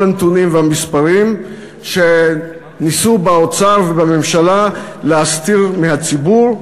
הנתונים והמספרים שניסו באוצר ובממשלה להסתיר מהציבור.